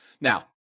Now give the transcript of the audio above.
Now